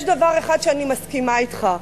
יש דבר אחד שאני מסכימה אתך,